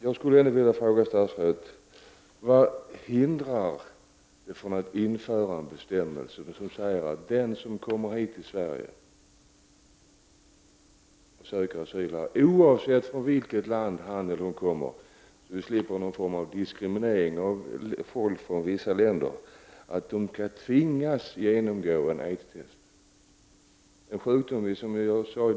Jag skulle egentligen vilja fråga statsrådet vad det är som hindrar att vi inför en bestämmelse som säger att den som kommer hit till Sverige och söker asyl tvingas genomgå aidstest, oavsett från vilket land han kommer? Då slipper vi också diskriminering av människor från vissa länder. Aids är ju en ytterst allvarlig sjukdom.